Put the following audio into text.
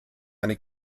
eine